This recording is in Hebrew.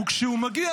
וכשהוא מגיע,